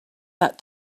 that